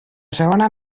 segona